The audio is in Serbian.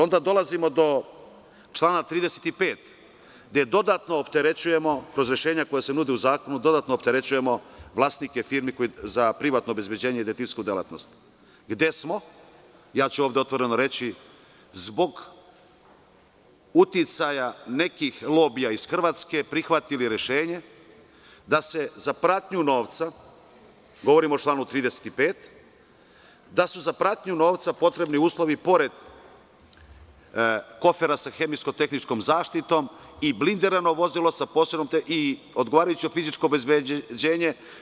Onda dolazimo do člana 35. gde dodatno opterećujemo kroz rešenja koja se nude u zakonu, dodatno opterećujemo vlasnike firmi za privatno obezbeđenje i detektivsku delatnost, gde smo, ja ću ovde otvoreno reći, zbog uticaja nekih lobija iz Hrvatske, prihvatili rešenje da se za pratnju novca, govorim o članu 35, potrebni uslovi pored kofera sa hemijsko-tehničkom zaštitom i blindirano vozilo sa posebno tehnologijom i odgovarajuće fizičko obezbeđenje.